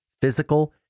physical